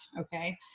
Okay